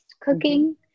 cooking